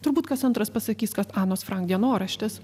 turbūt kas antras pasakys kad anos frank dienoraštis